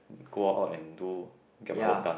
go out and do get my work done